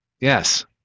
Yes